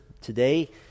today